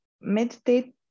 meditate